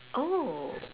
oh